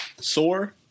sore